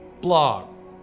blog